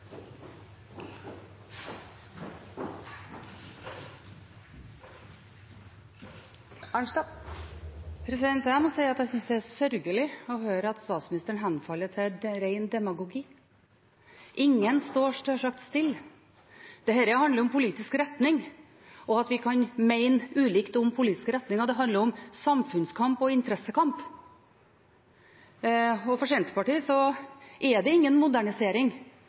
sørgelig å høre statsministeren henfalle til ren demagogi. Ingen står sjølsagt stille. Dette handler om politisk retning, og at vi kan mene ulikt om politiske retninger. Det handler om samfunnskamp og interessekamp. For Senterpartiet er det ingen modernisering